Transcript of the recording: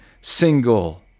single